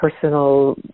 personal